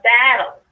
battle